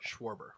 Schwarber